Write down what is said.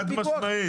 חד משמעית.